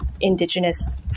Indigenous